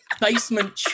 basement